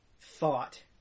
thought